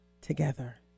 together